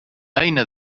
أين